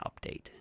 update